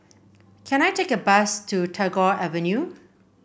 can I take a bus to Tagore Avenue